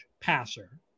passer